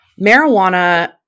marijuana